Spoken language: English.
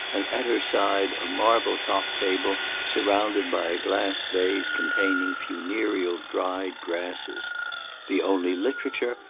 and at her side a marble-topped table surmounted by a glass vase containing funereal dried grasses the only literature,